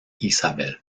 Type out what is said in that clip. isabel